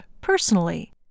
personally